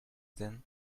then